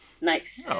Nice